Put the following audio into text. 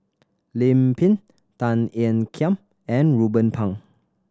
Lim Pin Tan Ean Kiam and Ruben Pang